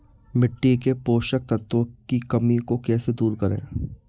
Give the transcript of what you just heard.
मिट्टी के पोषक तत्वों की कमी को कैसे दूर करें?